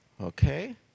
Okay